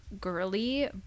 girly